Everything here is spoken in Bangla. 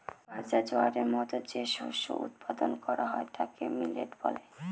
বাজরা, জোয়ারের মতো যে শস্য উৎপাদন করা হয় তাকে মিলেট বলে